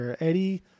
Eddie